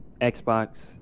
Xbox